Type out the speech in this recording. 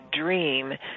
dream